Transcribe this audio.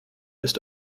ist